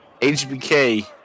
HBK